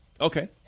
Okay